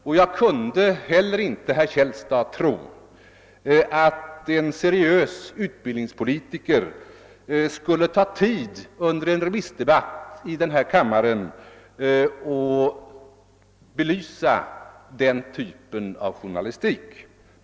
Och jag kunde heller inte, herr Käll stad, tro att en seriös utbildningspolitiker skulle ta upp tid under en remissdebatt i den här kammaren med att belysa denna typ av journalistik.